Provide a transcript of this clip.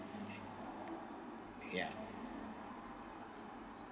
ya